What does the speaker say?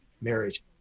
marriage